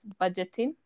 budgeting